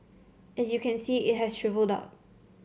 as you can see it has shrivelled up